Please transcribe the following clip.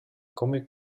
comic